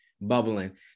bubbling